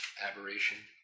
Aberration